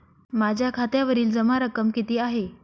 माझ्या खात्यावरील जमा रक्कम किती आहे?